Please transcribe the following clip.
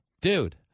dude